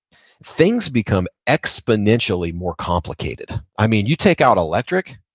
things become exponentially more complicated. i mean you take out electric,